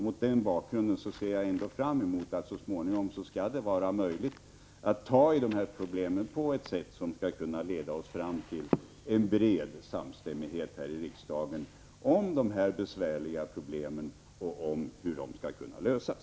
Mot denna bakgrund ser jag ändå fram emot att det så småningom skall vara möjligt att ta tag i dessa problem på ett sätt som skall kunna leda oss fram till en bred samstämmighet här i riksdagen om dessa besvärliga problem och om hur de skall kunna lösas.